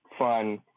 Fun